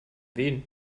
wen